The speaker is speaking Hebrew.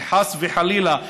שחס וחלילה,